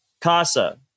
casa